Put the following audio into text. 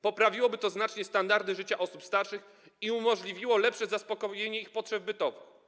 Poprawiłoby to znacznie standard życia osób starszych i umożliwiło lepsze zaspokajanie ich potrzeb bytowych.